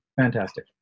fantastic